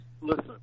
listen